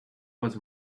was